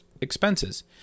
expenses